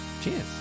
Cheers